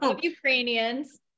ukrainians